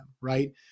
Right